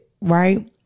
right